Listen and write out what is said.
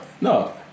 No